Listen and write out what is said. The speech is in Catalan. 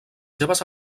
seves